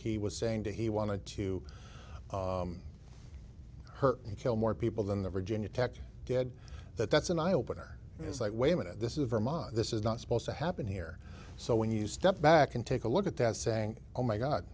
he was saying to he wanted to hurt you kill more people than the virginia tech did that that's an eye opener it's like wait a minute this is vermont this is not supposed to happen here so when you step back and take a look at that saying oh my god